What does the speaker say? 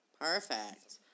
Perfect